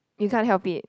you can't help it